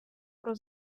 про